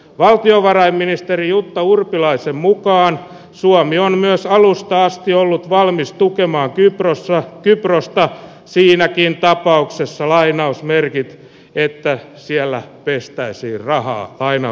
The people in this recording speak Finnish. valtiovarainministeri jutta urpilaisen mukaan suomi on myös alusta asti ollut valmis tukemaan kyprosta kyprosta siinäkin tapauksessa lainausmerkit että siellä pistäisi rahaa aina